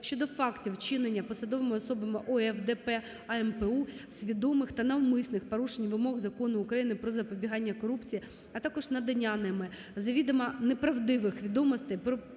щодо фактів вчинення посадовими особами ОФ ДП "АМПУ" свідомих та навмисних порушень вимог Закону України "Про запобігання корупції", а також надання ними завідомо неправдивих відомостей